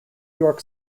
york